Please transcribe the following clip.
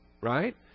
right